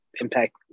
impact